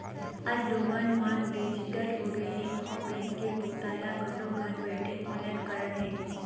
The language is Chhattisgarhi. आज लोगन मन डिजिटल होगे हे अउ बेंक के बूता ल घलोक घर बइठे ऑनलाईन करत हे